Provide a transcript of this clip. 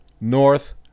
north